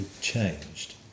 changed